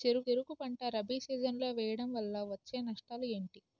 చెరుకు పంట రబీ సీజన్ లో వేయటం వల్ల వచ్చే నష్టాలు ఏంటి?